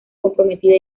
comprometida